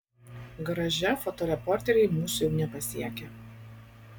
garaže fotoreporteriai mūsų jau nepasiekia